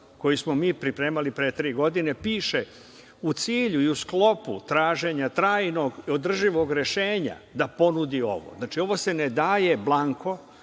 koji smo mi pripremali pre tri godine, piše: „u cilju i u sklopu traženja trajnog održivog rešenja da ponudi ovo“. Znači, ovo se ne daje blanko,